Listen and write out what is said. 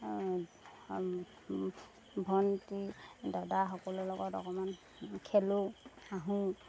ভণ্টি দাদাসকলৰ লগত অকণমান খেলোঁ হাহোঁ